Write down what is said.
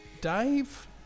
Dave